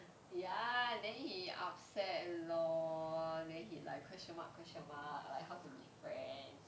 ya and then he upset lor then he like question mark question mark like how to be friends